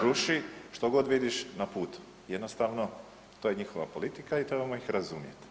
Ruši što god vidiš na putu, jednostavno to je njihova politika i trebamo ih razumjeti.